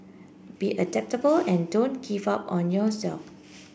be adaptable and don't give up on yourself